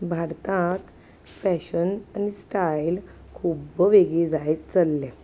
भारताक फॅशन आनी स्टायल खूब्ब वेगळी जायत चल्ल्या